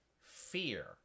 Fear